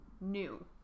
new